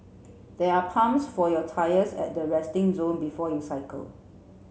there are pumps for your tyres at the resting zone before you cycle